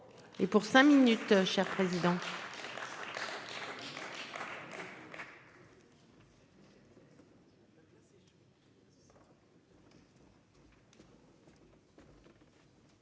Et pour cinq minutes cher président.--